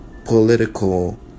political